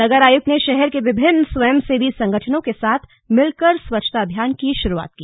नगर आयुक्त ने शहर के विभिन्न स्वंय सेवी संगठनों के साथ मिलकर स्वच्छता अभियान की शुरुआत की